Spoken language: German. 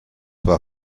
war